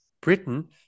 Britain